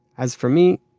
as for me,